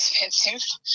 expensive